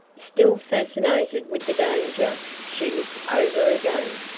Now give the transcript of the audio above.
still fascinated with the danger, she looked over again.